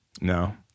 No